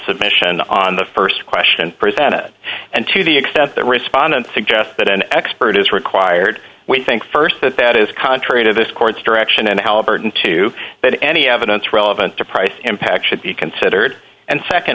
submission on the st question presented and to the extent that respondent suggests that an expert is required we think st that that is contrary to this court's direction and halliburton to that any evidence relevant to price impacts should be considered and